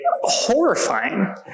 horrifying